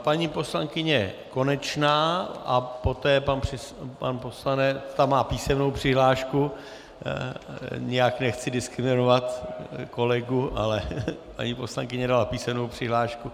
Paní poslankyně Konečná a poté pan poslanec ta má písemnou přihlášku, nijak nechci diskriminovat kolegu, ale paní poslankyně dala písemnou přihlášku.